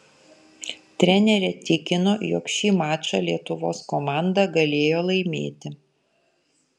trenerė tikino jog šį mačą lietuvos komanda galėjo laimėti